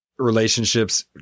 relationships